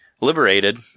Liberated